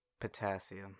Potassium